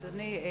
אדוני,